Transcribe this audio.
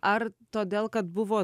ar todėl kad buvot